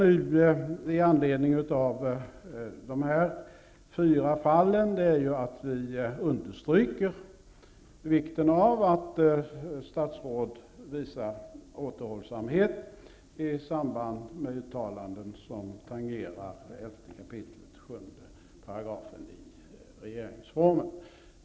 Med anledning av dessa fyra fall vill vi understryka vikten av att statsråd visar återhållsamhet i samband med uttalanden som tangerar 11 kap. 7 § i regeringsformen.